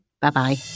Bye-bye